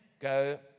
go